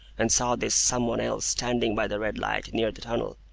and saw this some one else standing by the red light near the tunnel,